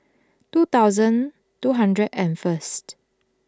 two thousand two hundred and first